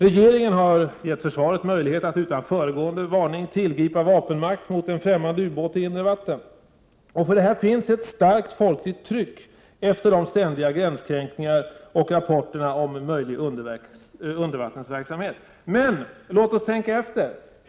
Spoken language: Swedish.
Regeringen har gett försvaret möjlighet att utan föregående varning tillgripa vapenmakt mot främmande ubåt i inre vatten. För detta finns ett starkt folkligt tryck efter de ständiga gränskränkningarna och efter rapporterna om möjlig undervattensverksamhet. Men låt oss tänka efter!